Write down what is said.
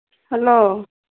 hello